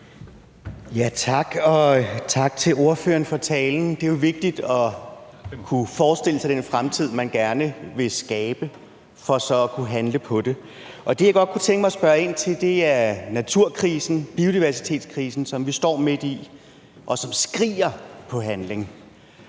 tak til ordføreren for talen. Det er jo vigtigt at kunne forestille sig den fremtid, man gerne vil skabe, for så at kunne handle på det. Det, jeg godt kunne tænke mig at spørge ind til, er naturkrisen, biodiversitetskrisen, som vi står midt i, og som skriger på handling.